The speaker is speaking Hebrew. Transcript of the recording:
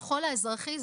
השכול האזרחי,